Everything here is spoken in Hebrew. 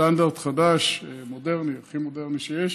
סטנדרט חדש, מודרני, הכי מודרני שיש,